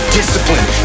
discipline